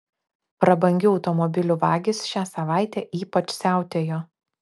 prabangių automobilių vagys šią savaitę ypač siautėjo